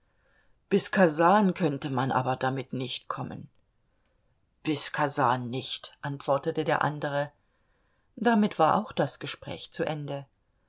bis kasan könnte man aber damit nicht kommen bis kasan nicht antwortete der andere damit war auch das gespräch zu ende